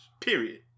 period